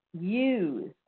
use